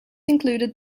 included